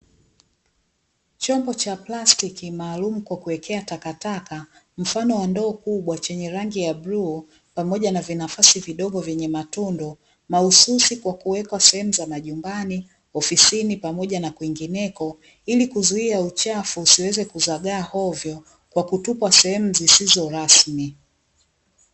Chombo cha plastiki maalum kwa kuwekea takataka mfano wa ndoo kubwa chenye rangi ya bluu pamoja na vinafasi vidogo vyenye matundu mahususi kwa kuweka sehemu za majumbani, ofisini, pamoja na kwingineko ili kuzuia uchafu usiweze kuzagaa hovyo kwa kutupwa sehemu zisizo rasmi.